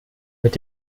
mit